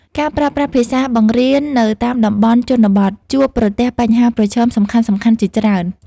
ការប្រើប្រាស់ភាសាបង្រៀននៅតាមតំបន់ជនបទជួបប្រទះបញ្ហាប្រឈមសំខាន់ៗជាច្រើន។